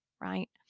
right